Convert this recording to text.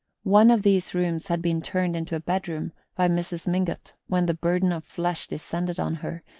one of these rooms had been turned into a bedroom by mrs. mingott when the burden of flesh descended on her,